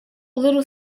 little